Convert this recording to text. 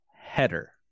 header